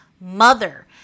mother